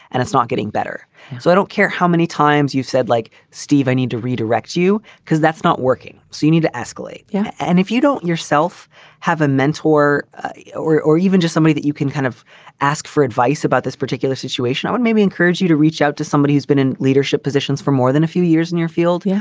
and it's not getting better so i don't care how many times you said, like, steve, i need to redirect you because that's not working. so you need to escalate. yeah. and if you don't yourself have a mentor or or even just somebody that you can kind of ask for advice about this particular situation, i would maybe encourage you to reach out to somebody who's been in leadership positions for more than a few years in your field. yeah